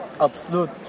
absolute